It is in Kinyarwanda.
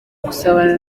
gusabana